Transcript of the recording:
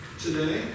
today